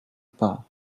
pas